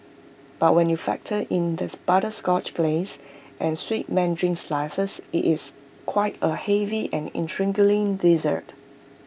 but when you factor in this butterscotch glace and sweet Mandarin slices IT is quite A heavy and intriguing dessert